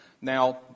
Now